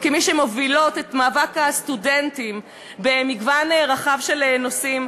וכמי שמובילות את מאבק הסטודנטים במגוון רחב של נושאים,